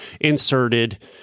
inserted